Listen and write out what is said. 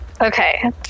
okay